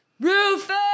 Rufus